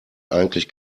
eigentlich